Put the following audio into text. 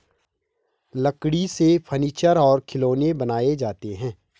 लकड़ी से फर्नीचर और खिलौनें बनाये जाते हैं